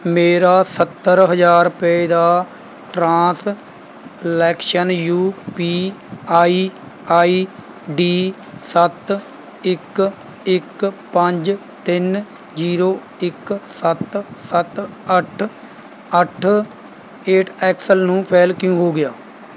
ਮੇਰਾ ਸੱਤਰ ਹਜ਼ਾਰ ਰੁਪਏ ਦਾ transaction U P I I D ਸੱਤ ਇੱਕ ਇੱਕ ਪੰਜ ਤਿੰਨ ਜੀਰੋ ਇੱਕ ਸੱਤ ਸੱਤ ਅੱਠ ਅੱਠ ਏਟ ਐਕਸਲ ਨੂੰ ਫੈਲ ਕਿਉ ਹੋ ਗਿਆ